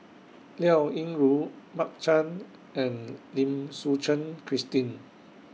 Liao Yingru Mark Chan and Lim Suchen Christine